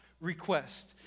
request